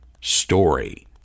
story